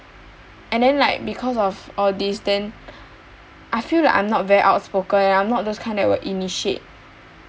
and then like because of all these then I feel like I'm not very outspoken and I'm not those kind that will initiate